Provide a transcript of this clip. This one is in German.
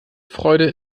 freude